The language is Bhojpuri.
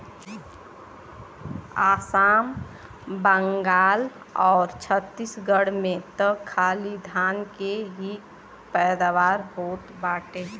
आसाम, बंगाल आउर छतीसगढ़ में त खाली धान के ही पैदावार होत बाटे